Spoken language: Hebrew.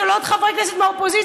של עוד חברי כנסת מהאופוזיציה.